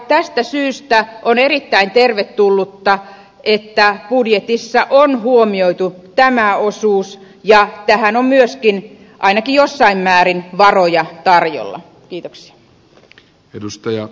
tästä syystä on erittäin tervetullutta että budjetissa on huomioitu tämä osuus ja tähän on myöskin ainakin jossain määrin varoja tarjolla